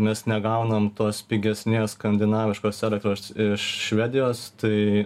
mes negaunam tos pigesnės skandinaviškos elektros iš švedijos tai